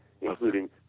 including